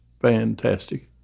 fantastic